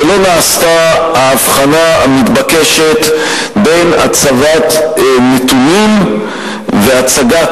ולא נעשתה ההבחנה המתבקשת בין הצבת נתונים והצגת